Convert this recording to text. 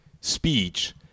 speech